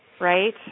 Right